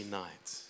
nights